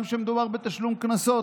גם כשמדובר בתשלום קנסות,